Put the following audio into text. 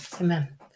amen